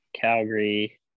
Calgary